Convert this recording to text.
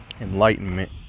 enlightenment